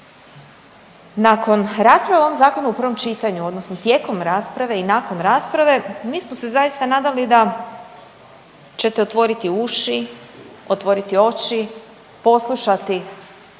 Nakon rasprave o ovom Zakonu u prvom čitanju odnosno tijekom rasprave i nakon rasprave mi smo se zaista nadali da ćete otvoriti uši, otvoriti oči, poslušati